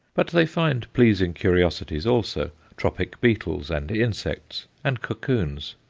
but they find pleasing curiosities also, tropic beetles, and insects, and cocoons.